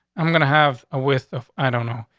i'm gonna have a wist off. i don't know.